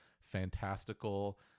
fantastical